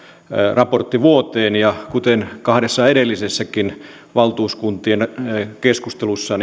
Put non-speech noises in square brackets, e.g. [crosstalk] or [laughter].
raportin vuoteen kuten kahdessa edellisessäkin valtuuskuntien keskustelussa [unintelligible]